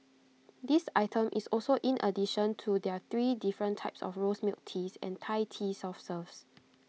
this item is also in addition to their three different types of rose milk teas and Thai tea soft serves